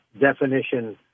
definition